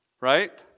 right